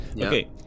Okay